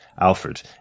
Alfred